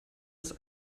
als